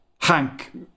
Hank